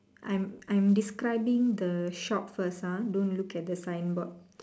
I'm I'm describing the shop first ah don't look at the signboard